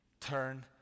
Turn